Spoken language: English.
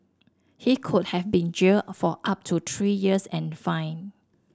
he could have been jailed for up to three years and fined